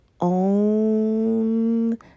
own